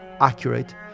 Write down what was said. accurate